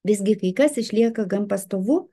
visgi kai kas išlieka gan pastovu